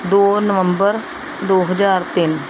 ਦੋ ਨਵੰਬਰ ਦੋ ਹਜ਼ਾਰ ਤਿੰਨ